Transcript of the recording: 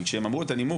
כי כשהם אמרו את הנימוק,